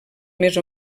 més